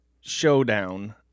showdown